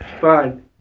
Fine